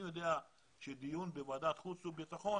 אני יודע שדיון בוועדת החוץ וביטחון